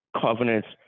covenants